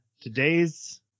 today's